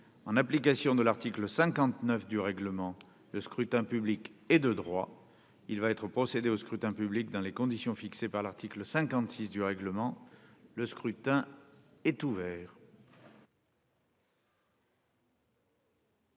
En application de l'article 59 du règlement, le scrutin public ordinaire est de droit. Il va y être procédé dans les conditions fixées par l'article 56 du règlement. Le scrutin est ouvert.